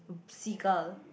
seagull